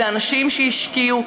אלה אנשים שהשקיעו,